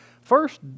first